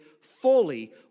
fully